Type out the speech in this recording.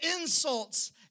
insults